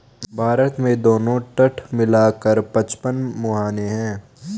भारत में दोनों तट मिला कर पचपन मुहाने हैं